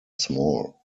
small